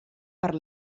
per